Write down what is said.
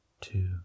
two